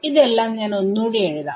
ഇത് എല്ലാം ഞാൻ ഒന്നൂടെ എഴുതാം